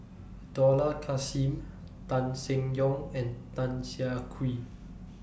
Dollah Kassim Tan Seng Yong and Tan Siah Kwee